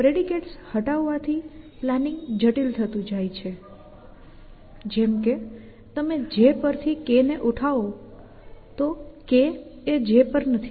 predicates હટાવવા થી planning જટિલ થતું જાય છે જેમ કે તમે J પર થી K ને ઉઠાવો તો હવે K એ J પર નથી